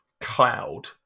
cloud